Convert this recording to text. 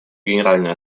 генеральная